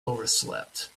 overslept